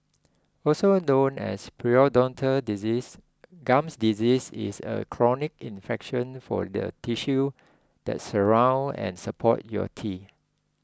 also known as periodontal disease gum disease is a chronic infection for the tissue that surround and support your teeth